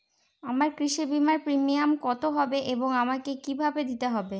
আমার কৃষি বিমার প্রিমিয়াম কত হবে এবং আমাকে কি ভাবে দিতে হবে?